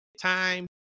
time